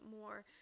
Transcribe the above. more